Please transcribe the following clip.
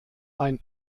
ein